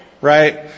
right